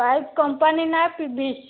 pipe company ନାଁ P V C